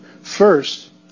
First